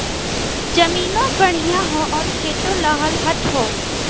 जमीनों बढ़िया हौ आउर खेतो लहलहात हौ